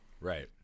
right